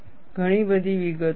ઘણી બધી વિગતો છે